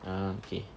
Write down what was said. ah okay